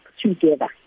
together